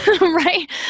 right